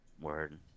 Word